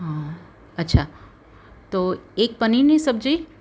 હં અચ્છા તો એક પનીરની સબ્જી